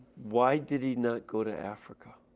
why did he not go to africa?